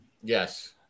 Yes